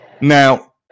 now